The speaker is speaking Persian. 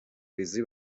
ریزی